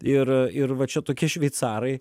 ir ir va čia tokie šveicarai